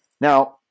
Now